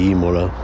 Imola